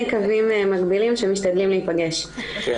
בבקשה.